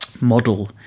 model